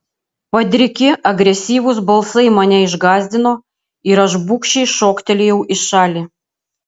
padriki agresyvūs balsai mane išgąsdino ir aš bugščiai šoktelėjau į šalį